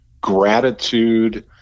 gratitude